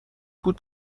بود